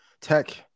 tech